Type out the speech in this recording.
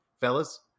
fellas